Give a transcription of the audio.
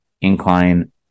incline